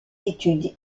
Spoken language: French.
études